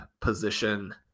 position